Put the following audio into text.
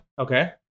Okay